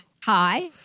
hi